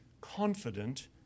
confident